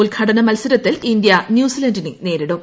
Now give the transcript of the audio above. ഉദ്ഘാടന മത്സരത്തിൽ ഇന്തൃ ന്യൂസിലന്റിനെ നേരിടും